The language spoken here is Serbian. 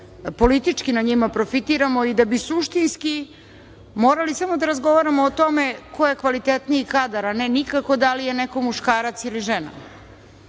malo politički na njima profitiramo i da bi suštinski morali samo da razgovaramo o tome ko je kvalitetniji kadar, a ne nikako da li je neko muškarac ili žena. Nismo